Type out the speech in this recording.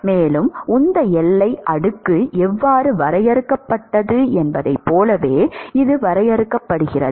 மேலும் உந்த எல்லை அடுக்கு எவ்வாறு வரையறுக்கப்பட்டது என்பதைப் போலவே இது வரையறுக்கப்படுகிறது